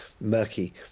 murky